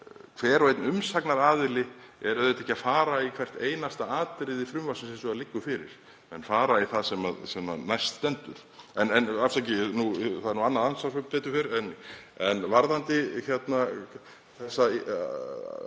hver og einn umsagnaraðili er auðvitað ekki að fara í hvert einasta atriði frumvarpsins eins og það liggur fyrir, menn fara í það sem næst stendur. En afsakið, það er annað andsvar sem betur fer. Varðandi þessa